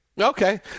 Okay